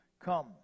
Come